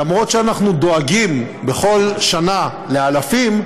אף-על-פי שאנחנו דואגים בכל שנה לאלפים,